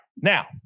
now